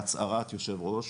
בהצהרת יושב-ראש